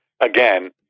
again